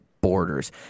borders